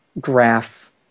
graph